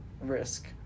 risk